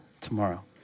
tomorrow